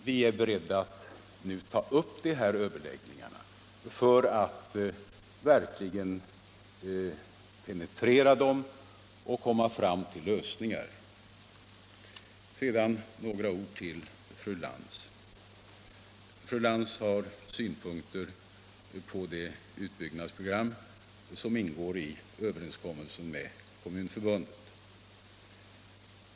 Vi är beredda att nu ta upp dessa överläggningar för att verkligen penetrera problemen och komma fram till lösningar. Sedan några ord till fru Lantz. Fru Lantz har synpunkter på det utbyggnadsprogram som ingår i överenskommelsen med Kommunförbundet.